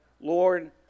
Lord